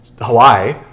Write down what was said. Hawaii